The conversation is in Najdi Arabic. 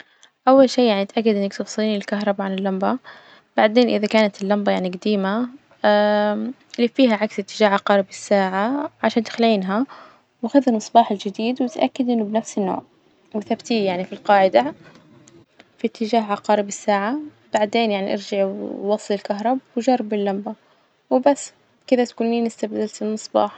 أول شي يعني إتأكدي إنك تفصلين الكهربا عن اللمبة، بعدين إذا كانت اللمبة يعني جديمة لفيها عكس إتجاه عقارب الساعة عشان تخلعينها، وخذي المصباح الجديد وإتأكدي إنه بنفس النوع وثبتيه يعني في القاعدة في إتجاه عقارب الساعة، بعدين يعني إرجعي ووصلي الكهرب وجربي اللمبة، وبس كذا تكونين إستبدلتي المصباح.